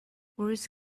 words